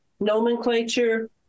Nomenclature